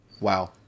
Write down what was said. Wow